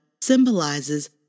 symbolizes